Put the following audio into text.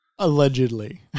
allegedly